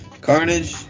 Carnage